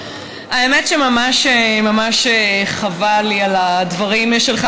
האמת היא שממש ממש חבל לי על הדברים שלך,